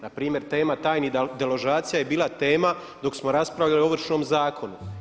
Na primjer tema tajnih deložacija je bila tema dok smo raspravljali o Ovršnom zakonu.